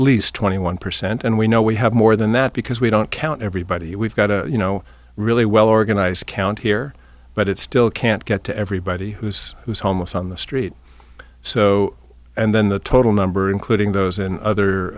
least twenty one percent and we know we have more than that because we don't count everybody and we've got a you know really well organized count here but it still can't get to everybody who's who's homeless on the street so and then the total number including those